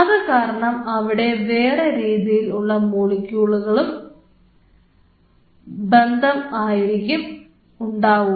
അത് കാരണം അവിടെ വേറെ രീതിയിലുള്ള മോളിക്കൂളുകളുടെ ബന്ധം ആയിരിക്കും ഉണ്ടാവുക